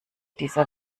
dieser